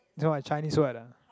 is what a Chinese word ah